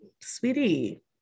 sweetie